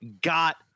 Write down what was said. got